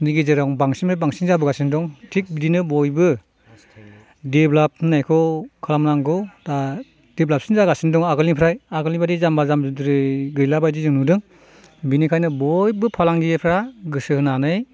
नि गेजेराव बांसिननिफ्राय बांसिन जाबोगासिनो दं थिक बिदिनो बयबो देभलप होननायखौ खालामनांगौ बा देभलपसिन जागासिनो दं आगोलनिफ्राय आगोलनि बायदि जाम्बा जाम्बिद्राय गैला बायदि जों नुदों बेनिखायनो बयबो फालांगिरिफ्रा गोसो होनानै